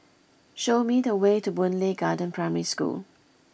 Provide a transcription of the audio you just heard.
show me the way to Boon Lay Garden Primary School